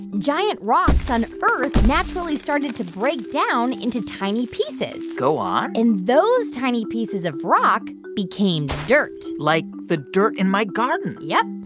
giant rocks on earth naturally started to break down into tiny pieces go on and those tiny pieces of rock became dirt like the dirt in my garden yup.